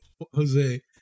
jose